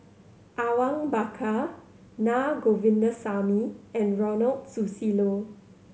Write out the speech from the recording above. Awang Bakar Naa Govindasamy and Ronald Susilo